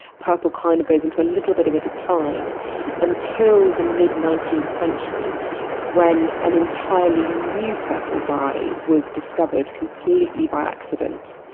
purple kind of goes into a little bit of a decline until the mid nineteenth century when an entirely new purple dye was discovered completely by accident.